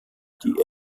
die